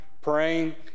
praying